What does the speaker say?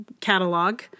catalog